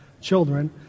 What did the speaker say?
Children